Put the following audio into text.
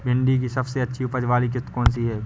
भिंडी की सबसे अच्छी उपज वाली किश्त कौन सी है?